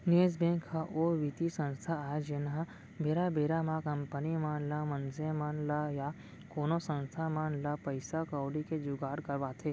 निवेस बेंक ह ओ बित्तीय संस्था आय जेनहा बेरा बेरा म कंपनी मन ल मनसे मन ल या कोनो संस्था मन ल पइसा कउड़ी के जुगाड़ करवाथे